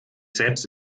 selbst